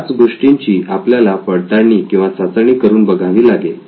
याच गोष्टींची आपल्याला पडताळणी किंवा चाचणी करून बघावी लागेल